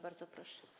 Bardzo proszę.